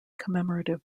commemorative